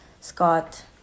Scott